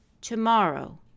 tomorrow